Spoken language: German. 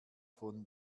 von